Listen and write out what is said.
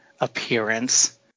appearance